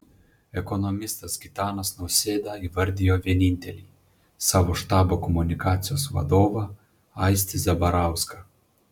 ekonomistas gitanas nausėda įvardijo vienintelį savo štabo komunikacijos vadovą aistį zabarauską